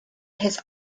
has